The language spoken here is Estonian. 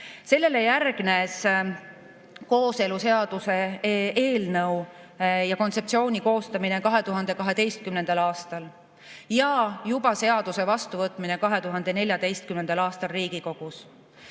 Sellele järgnes kooseluseaduse eelnõu kontseptsiooni koostamine 2012. aastal ja seaduse vastuvõtmine 2014. aastal Riigikogus.